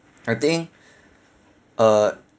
I think uh